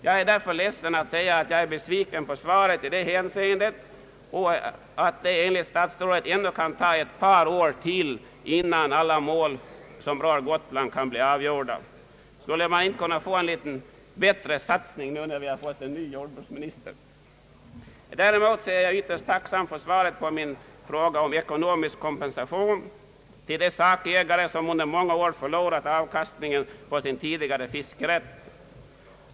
Jag är därför ledsen att jag måste uttrycka besvikelse över jordbruksministerns svar i detta hänseende, nämligen att det enligt statsrådet kan dröja ytterligare ett par år innan alla mål som berör Gotland kan hinna avgöras. Skulle man inte kunna åstadkomma en starkare satsning för en lösning av dessa problem när vi nu har fått en ny jordbruksminister? Däremot är jag ytterst tacksam för svaret på min fråga om ekonomisk kompensation till de sakägare som under många år förlorat avkastningen på sin tidigare fiskerätt.